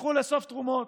תלכו לאסוף תרומות.